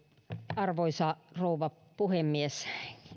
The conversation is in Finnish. arvoisa rouva puhemies